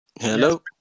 Hello